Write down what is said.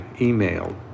email